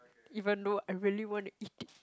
even though I really wanna eat it